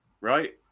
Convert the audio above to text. right